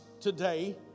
today